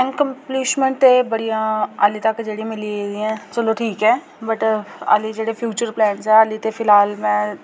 accomplishment ऐ बड़ियां हाली तक जेह्ड़ी मिली ऐ चलो ठीक ऐ वट् हाली जेह्ड़े फ्यूचर प्लॉन्स ऐ हाली ते फिलहाल में